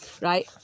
right